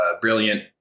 brilliant